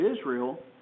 Israel